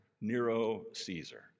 Nero-Caesar